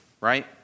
right